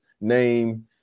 name